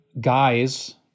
guys